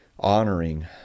honoring